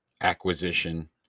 acquisition